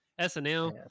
SNL